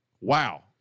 Wow